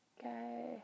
Okay